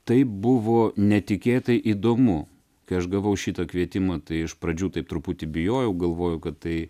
tai buvo netikėtai įdomu kai aš gavau šitą kvietimą tai iš pradžių taip truputį bijojau galvojau kad tai